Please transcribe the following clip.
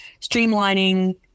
streamlining